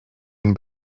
hun